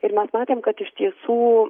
ir mes matėm kad iš tiesų